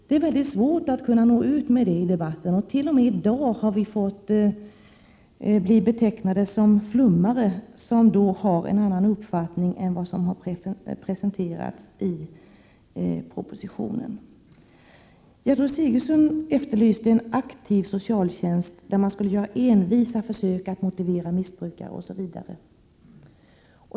Det är mycket svårt att nå ut med detta i debatten, och t.o.m. i dag har vi som har en annan uppfattning än vad som har presenterats i propositionen blivit betecknade som flummare. Gertrud Sigurdsen efterlyste en aktiv socialtjänst, där man skulle göra envisa försök att motivera missbrukare osv.